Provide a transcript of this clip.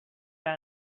new